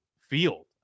field